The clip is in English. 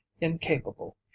incapable